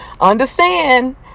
understand